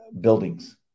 buildings